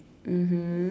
mmhmm